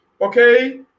okay